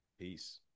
Peace